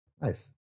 Nice